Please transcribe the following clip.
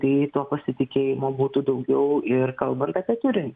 tai to pasitikėjimo būtų daugiau ir kalbant apie turinį